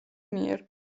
მიერ